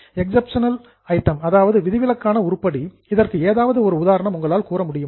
exceptional item விதிவிலக்கான உருப்படி இதற்கு ஏதாவது ஒரு உதாரணத்தை உங்களால் கூற முடியுமா